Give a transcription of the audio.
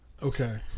Okay